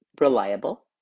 reliable